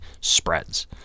spreads